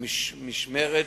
משמרת